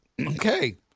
okay